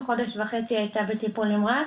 חודש וחצי היא הייתה בטיפול נמרץ.